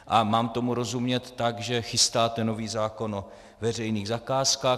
A mám tomu rozumět tak, že chystáte nový zákon o veřejných zakázkách?